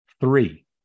Three